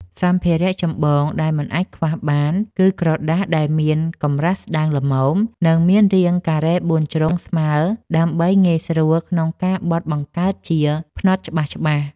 សម្ភារៈចម្បងដែលមិនអាចខ្វះបាន គឺក្រដាសដែលមានកម្រាស់ស្ដើងល្មម និងមានរាងការ៉េបួនជ្រុងស្មើ ដើម្បីងាយស្រួលក្នុងការបត់បង្កើតជាផ្នត់ច្បាស់ៗ។